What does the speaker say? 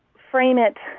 frame it